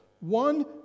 One